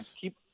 keep